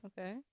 Okay